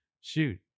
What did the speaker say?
Shoot